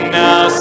now